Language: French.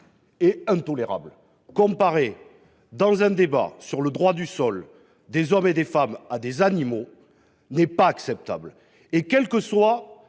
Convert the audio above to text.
et intolérable. Comparer, dans un débat sur le droit du sol, des êtres humains à des animaux n’est pas acceptable, quelle que soit